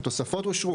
התוספות אושרו.